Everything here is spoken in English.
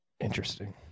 interesting